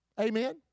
Amen